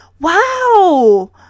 Wow